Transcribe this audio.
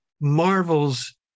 marvels